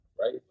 right